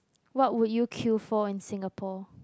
what would you kill for in Singapore